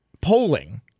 polling